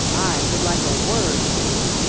i should like a word with you.